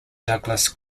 douglas